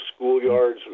schoolyards